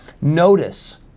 Notice